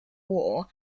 war